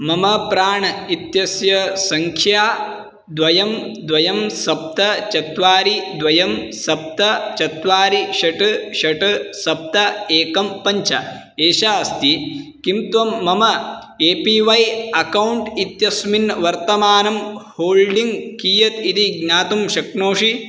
मम प्राण् इत्यस्य सङ्ख्या द्वे द्वे सप्त चत्वारि द्वे सप्त चत्वारि षट् षट् सप्त एकं पञ्च एषा अस्ति किं त्वं मम ए पी वै अकौण्ट् इत्यस्मिन् वर्तमानं होल्डिङ्ग् कियत् इति ज्ञातुं शक्नोषि